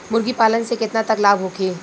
मुर्गी पालन से केतना तक लाभ होखे?